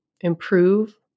improve